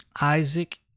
Isaac